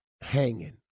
hanging